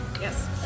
Yes